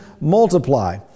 multiply